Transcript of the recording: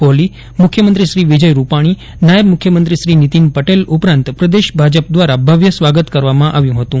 કોહલી મુખ્યમંત્રી શ્રી વિજય રૂપાણી નાયબ મુખ્યમંત્રી શ્રી નીતીન પટેલ ઉપરાંત પ્રદેશ ભાજપ દ્વારા ભવ્ય સ્વાગત કરવામાં આવ્યું હતું